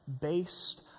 based